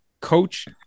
Coach